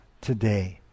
today